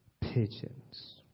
pigeons